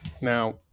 now